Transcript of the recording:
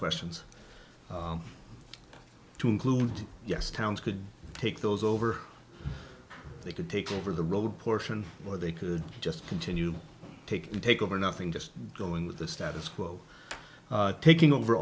questions to include yes towns could take those over they could take over the road portion or they could just continue taking take over nothing just going with the status quo taking over